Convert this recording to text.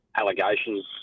allegations